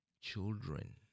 children